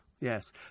Yes